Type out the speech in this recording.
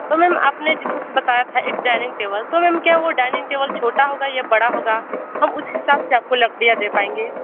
तो मैम आप ने जैसे उस बताया था एक डाइनिंग टेबल तो मैम क्या वो डाइनिंग टेबल छोटा होगा या बड़ा होगा हम उस हिसाब से आप को लड़कियाँ दे पाएंगे